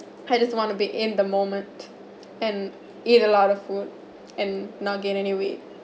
I just want to be in the moment and eat a lot of food and not gain any weight